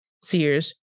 Sears